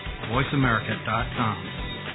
voiceamerica.com